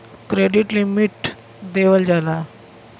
credit limit देवल जाला